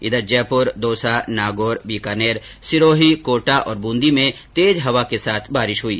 इधर जयपुर दौसा नागौर बीकानेर सिरोही कोटा और बूंदी में तेज हवा के साथ बारिश हुई